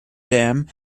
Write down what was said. dame